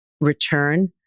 return